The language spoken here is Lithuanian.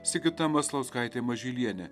sigita maslauskaitė mažylienė